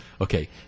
okay